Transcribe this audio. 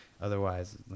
otherwise